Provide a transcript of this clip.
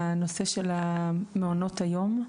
הנושא של מעונות היום?